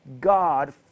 God